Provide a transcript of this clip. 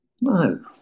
No